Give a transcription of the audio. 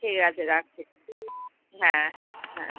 ঠিক আছে রাখছি হ্যাঁ হ্যাঁ হ্যাঁ